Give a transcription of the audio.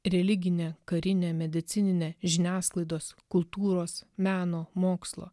religinę karinę medicininę žiniasklaidos kultūros meno mokslo